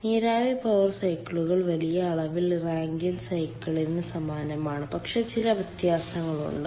നീരാവി പവർ സൈക്കിളുകൾ വലിയ അളവിൽ റാങ്കിൻ സൈക്കിളിന് സമാനമാണ് പക്ഷേ ചില വ്യത്യാസങ്ങളുണ്ട്